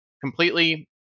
completely